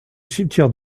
cimetière